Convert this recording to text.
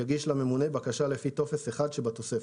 יגיש לממונה בקשה לפי טופס 1 שבתוספת."